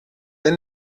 der